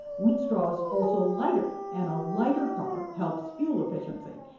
wheat straw's also lighter and a lighter car helps fuel efficiency.